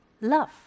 love